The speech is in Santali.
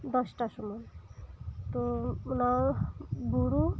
ᱫᱚᱥᱴᱟ ᱥᱚᱢᱟᱹᱭ ᱛᱚ ᱚᱱᱟ ᱵᱩᱨᱩ